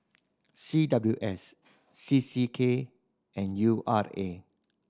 C W S C C K and U R A